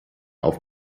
auf